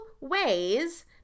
ways